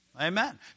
Amen